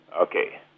Okay